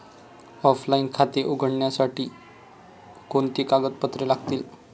Offline खाते उघडण्यासाठी कोणती कागदपत्रे लागतील?